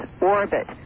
orbit